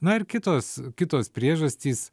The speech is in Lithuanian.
na ir kitos kitos priežastys